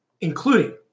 including